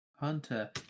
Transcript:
Hunter